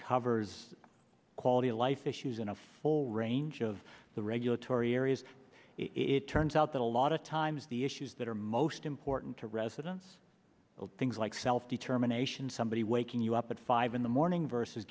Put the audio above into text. covers quality of life issues in a full range of the regulatory areas it turns out that a lot of times the issues that are most important to residents things like self determination somebody waking you up at five in the morning versus